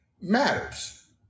matters